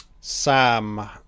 Sam